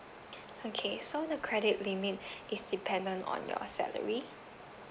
okay so the credit limit is dependent on your salary